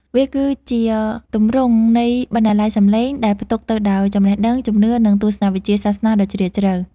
វាគឺជាទម្រង់នៃ បណ្ណាល័យសម្លេង ដែលផ្ទុកទៅដោយចំណេះដឹង ជំនឿ និងទស្សនវិជ្ជាសាសនាដ៏ជ្រាលជ្រៅ។